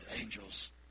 angels